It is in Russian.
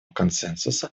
консенсуса